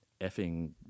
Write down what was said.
effing